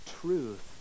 truth